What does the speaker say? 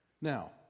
Now